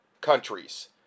countries